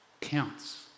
counts